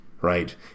right